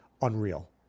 unreal